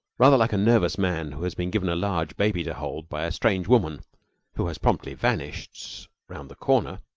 rather like a nervous man who has been given a large baby to hold by a strange woman who has promptly vanished round the corner,